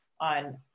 on